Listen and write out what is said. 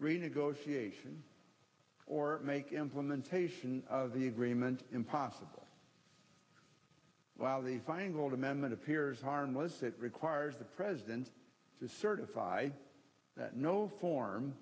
renegotiation or make implementation of the agreement impossible while the feingold amendment appears harmless that requires the president to certify that no form